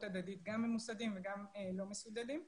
הדדית גם ממוסדים וגם לא ממוסדים,